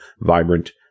vibrant